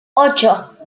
ocho